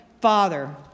Father